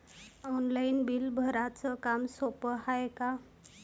Online bill भराच काम सोपं हाय का?